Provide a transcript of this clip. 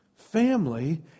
family